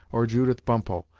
or judith bumppo,